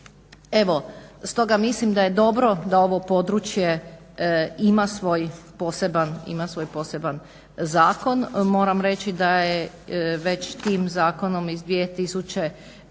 Evo, stoga mislim da je dobro da ovo područje ima svoj poseban zakon. Moram reći da je već tim zakonom iz 2009.